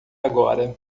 agora